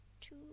two